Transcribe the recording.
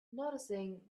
noticing